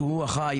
שאחראי,